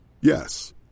Yes